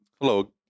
Hello